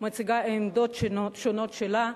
מציגה עמדות שונות שלה,